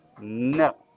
No